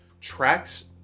tracks